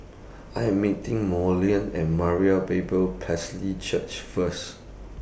I Am meeting Marolyn At Moriah Bible Church First